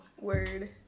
Word